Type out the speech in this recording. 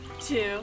two